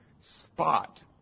spot